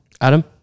Adam